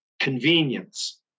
Convenience